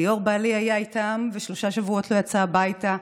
ליאור בעלי היה איתם, ושלושה שבועות לא יצא הביתה.